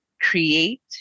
create